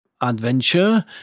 adventure